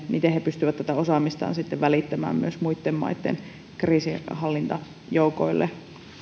miten he pystyvät osaamistaan välittämään myös muitten maitten kriisinhallintajoukoille